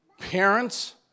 parents